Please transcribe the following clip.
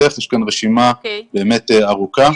יש כאן רשימה באמת ארוכה.